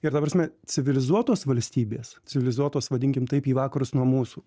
ir ta prasme civilizuotos valstybės civilizuotos vadinkim taip į vakarus nuo mūsų